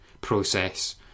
process